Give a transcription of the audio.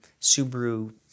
Subaru